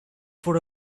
for